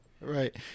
Right